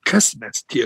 kas mes tie